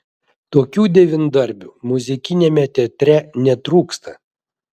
tokių devyndarbių muzikiniame teatre netrūksta